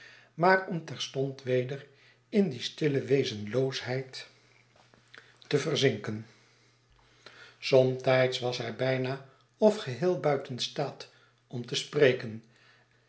maar om terstond weder in die stille wezenloosheid te verzinken somtijds was hij bijna of geheel buiten staat om te spreken